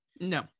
No